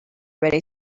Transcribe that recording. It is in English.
ready